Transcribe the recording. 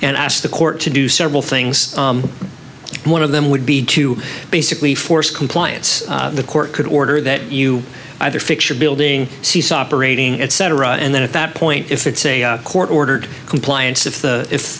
and ask the court to do several things one of them would be to basically force compliance the court could order that you either fix your building cease operating etc and then at that point if it's a court ordered compliance if the if